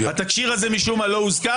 התקשי"ר הזה משום מה לא הזכיר,